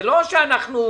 זה לא אנחנו נעלמים.